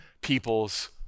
people's